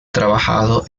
trabajado